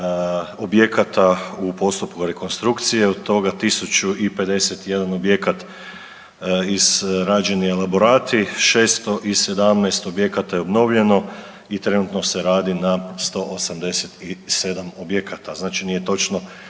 objekata u postupku rekonstrukcije, od toga 1051 objekat izrađeni elaborati, 617 objekata je obnovljeno i trenutno se radi na 187 objekata. Znači nije točno